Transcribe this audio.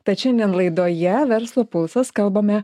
tad šiandien laidoje verslo pulsas kalbame